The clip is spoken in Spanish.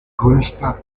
consta